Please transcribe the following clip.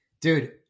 Dude